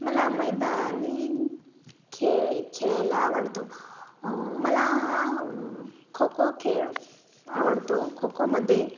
मला मैदानी खेळ खेळायला आवडतो मला हा खो खो खेळ आवडतो खो खोमध्ये